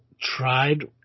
tried